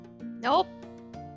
Nope